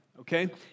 Okay